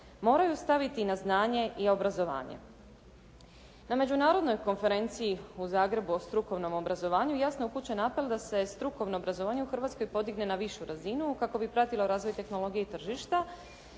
moraju staviti na znanje i obrazovanje. Na Međunarodnoj konferenciji u Zagrebu o strukovnom obrazovanju jasno je upućen apel da se strukovno obrazovanje u Hrvatskoj podigne na višu razinu kako bi pratilo razvoj tehnologije i tržišta.